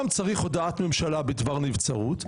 גם צריך הודעת ממשלה בדבר נבצרות,